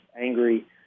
angry